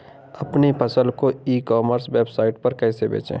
अपनी फसल को ई कॉमर्स वेबसाइट पर कैसे बेचें?